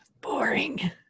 boring